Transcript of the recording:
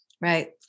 Right